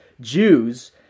Jews